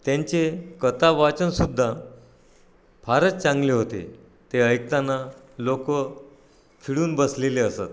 त्यांचे कथा वाचनसुद्धा फारच चांगले होते ते ऐकताना लोक खिळून बसलेले असत